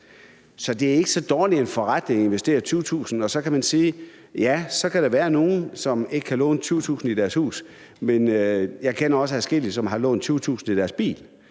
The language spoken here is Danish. Så det er ikke så dårlig en forretning at investere 20.000 kr. Så kan man sige, at der kan være nogle, der ikke kan låne 20.000 kr. i deres hus, men jeg kender også adskillige, der har lånt 20.000 kr. til deres bil,